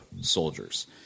soldiers